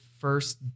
first